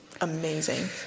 amazing